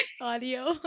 Audio